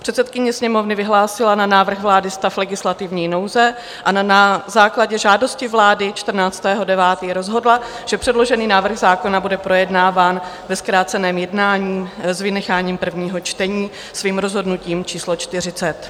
Předsedkyně Sněmovny vyhlásila na návrh vlády stav legislativní nouze a na základě žádosti vlády 14. 9. rozhodla, že předložený návrh zákona bude projednáván ve zkráceném jednání s vynecháním prvního čtení svým rozhodnutím číslo 40.